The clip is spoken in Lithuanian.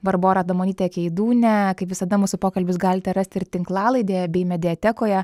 barbora adamonyte keidūne kaip visada mūsų pokalbius galite rasti ir tinklalaidėje bei mediatekoje